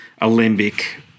Alembic